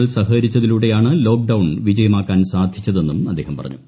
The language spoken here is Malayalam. ഇതുപോലെ സഹകരിച്ചതിലൂടെയാണ് ലോക്ക്ഡൌൺ വിജയമാക്കാൻ സാധിച്ചതെന്നും അദ്ദേഹം പറഞ്ഞു